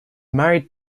married